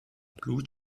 blut